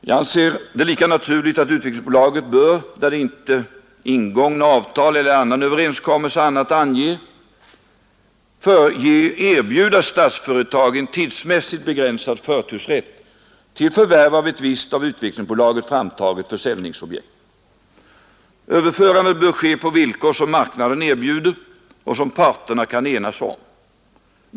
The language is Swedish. Jag anser det lika naturligt att Utvecklingsbolaget, där inte ingångna avtal eller annan överenskommelse annat anger, bör erbjuda Statsföretag en tidsmässigt begränsad förtursrätt till förvärv av ett visst, av Utvecklingsbolaget framtaget försäljningsobjekt. Överförandet bör ske på villkor som marknaden erbjuder och som parterna kan enas om.